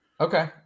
Okay